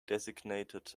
designated